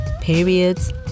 periods